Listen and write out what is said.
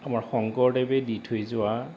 আমাৰ শংকৰদেৱে দি থৈ যোৱা